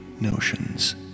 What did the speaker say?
notions